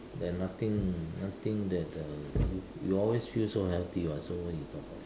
there are nothing nothing that uh you you always still so healthy [what] so what you talk about